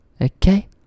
Okay